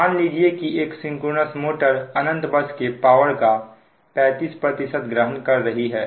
मान लीजिए एक सिंक्रोनस मोटर अनंत बस के पावर का 35 ग्रहण कर रही है